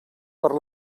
per